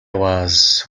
was